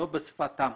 לא בשפתם,